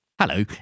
Hello